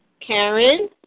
Karen